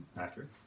Accurate